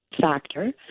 factor